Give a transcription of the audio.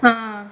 ah